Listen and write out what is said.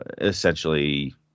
Essentially